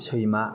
सैमा